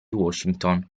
washington